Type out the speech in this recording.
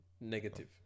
negative